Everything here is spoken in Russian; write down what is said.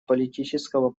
политического